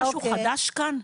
משהו חדש כאן?